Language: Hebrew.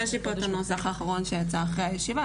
יש לי פה את הנוסח האחרון שיצא אחרי הישיבה.